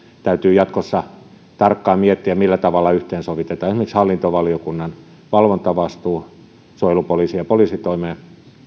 täytyy jatkossa tarkkaan miettiä millä tavalla yhteensovitetaan esimerkiksi hallintovaliokunnan valvontavastuu suojelupoliisiin ja poliisitoimeen